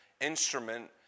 instrument